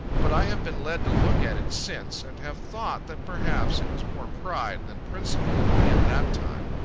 but i have been led to look at it since, and have thought that perhaps it was more pride than principle in me, at that time,